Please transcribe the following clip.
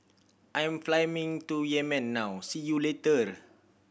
I am flying to Yemen now see you soon